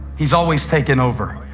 he's always taking over.